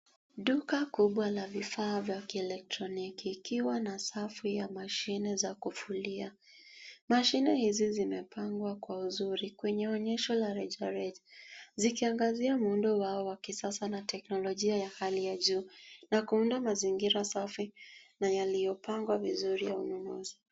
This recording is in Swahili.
Duka kubwa la vifaa vya elektroniki likiwa na safu ya mashine za kufulia. Mashine hizi zimepangwa kwa uzuri kwenye onyesho la rejareja zikiangazia wa kisasa na kiteknolojia ya hali ya juu na kuunda mazingira safi na yaliyopangwa vizuri ya ununuzi.